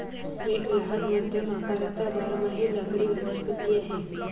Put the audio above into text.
एक लहान मध्यम आकाराचा बारमाही लाकडी वनस्पती आहे